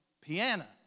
piano